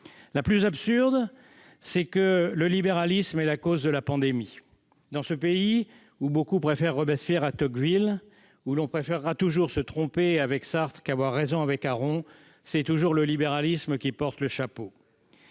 La plus absurde, c'est que le libéralisme est la cause de la pandémie. Dans ce pays, où beaucoup préfèrent Robespierre à Tocqueville, où l'on préférera toujours se tromper avec Sartre qu'avoir raison avec Aron, c'est toujours le libéralisme qui porte le chapeau.